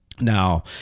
Now